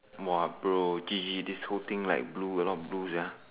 !woah! bro G_G this whole thing like blue a lot of blue ya